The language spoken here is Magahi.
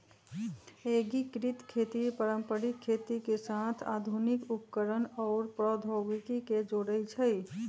एकीकृत खेती पारंपरिक खेती के साथ आधुनिक उपकरणअउर प्रौधोगोकी के जोरई छई